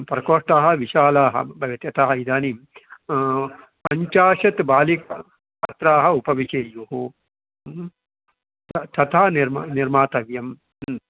प्रकोष्ठाः विशालाः भवेत् अतः इदानीं पञ्चाशत् बालिकाः छात्राः उपविशेयुः तथा निर्मा निर्मातव्यम्